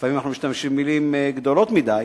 לפעמים אנחנו משתמשים במלים גדולות מדי,